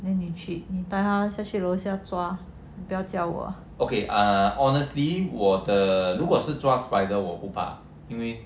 then 你去你带他去去楼下抓不要叫我 okay